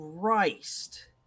Christ